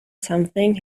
something